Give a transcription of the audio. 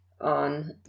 on